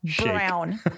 brown